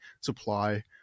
supply